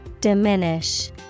Diminish